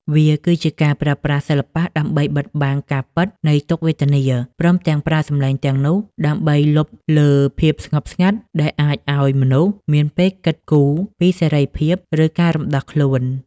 វាគឺជាការប្រើប្រាស់សិល្បៈដើម្បីបិទបាំងការពិតនៃទុក្ខវេទនា ព្រមទាំងប្រើសម្លេងទាំងនោះដើម្បីលុបលើភាពស្ងប់ស្ងាត់ ដែលអាចឱ្យមនុស្សមានពេលគិតគូរពីសេរីភាព ឬការរំដោះខ្លួន។